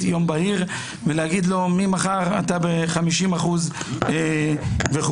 יום בהיר ויגיד לו שממחר הוא ב-50% וכו'.